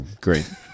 Great